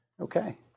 Okay